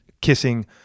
Kissing